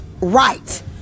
right